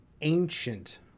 ancient